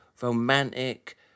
romantic